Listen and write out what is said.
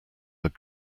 had